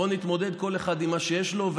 בוא נתמודד כל אחד עם מה שיש לו,